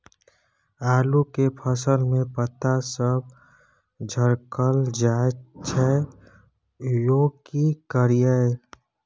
आलू के फसल में पता सब झरकल जाय छै यो की करियैई?